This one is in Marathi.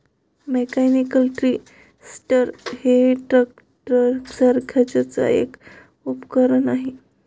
मेकॅनिकल ट्री स्टिरर हे ट्रॅक्टरसारखेच एक उपकरण आहे